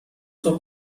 صبح